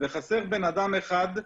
וחסר בן אדם אחד,